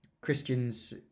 Christian's